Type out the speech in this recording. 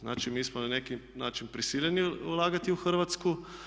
Znači, mi smo na neki način prisiljeni ulagati u Hrvatsku.